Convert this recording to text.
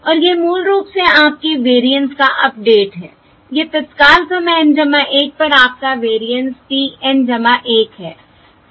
और यह मूल रूप से आपके वेरिएंस का अपडेट है यह तत्काल समय N 1 पर आपका वेरिएंस p N 1 है